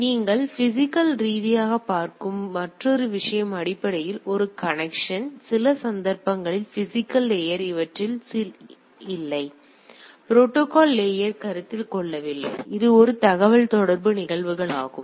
நீங்கள் பிசிகல் ரீதியாகப் பார்க்கும் மற்றொரு விஷயம் அடிப்படையில் ஒரு கனெக்சன் சில சந்தர்ப்பங்களில் பிசிகல் லேயர் சிலவற்றில் இல்லை குறிப்பு நேரம் 0523 ப்ரோடோகால் லேயர் கருத்தில் கொள்ளவில்லை இது ஒரு தகவல் தொடர்பு நிகழ்வுகளாகும்